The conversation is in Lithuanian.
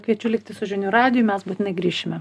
kviečiu likti su žinių radiju mes būtinai grįšime